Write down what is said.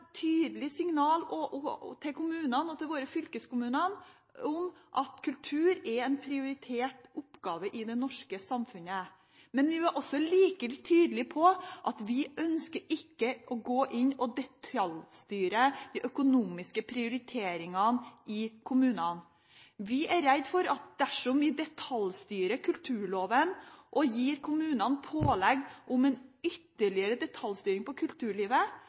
tydelig signal til våre kommuner og fylkeskommuner om at kultur er en prioritert oppgave i det norske samfunnet, men vi var også like tydelige på at vi ikke ønsker å gå inn og detaljstyre de økonomiske prioriteringene i kommunene. Vi er redd for at dersom vi detaljstyrer kulturloven og gir kommunene pålegg om en ytterligere detaljstyring av kulturlivet,